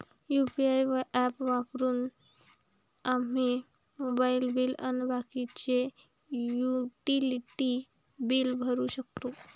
UPI app वापरून आम्ही mobile bill अन बाकीचे युटिलिटी बिल भरू शकतो